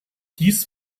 dies